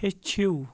ہیٚچھِو